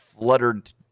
fluttered